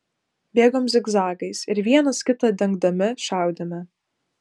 bėgom zigzagais ir vienas kitą dengdami šaudėme